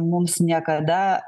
mums niekada